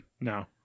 No